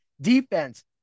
Defense